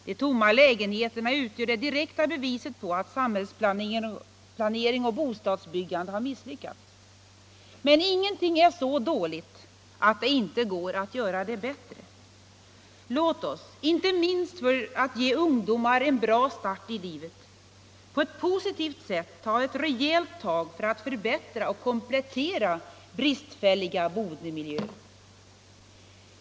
De tomma lägenheterna utgör det direkta beviset på att samhällsplanering och bostadsbyggande misslyckats. Men ingenting är så dåligt att det inte går att förbättra. Låt oss — inte minst för att ge ungdomen en bra start — på ett positivt sätt ta ett rejält tag för att förbättra och komplettera bristfälliga boendemiljöer.